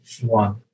one